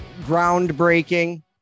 groundbreaking